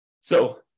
So-